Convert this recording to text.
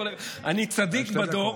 אני צדיק בדור,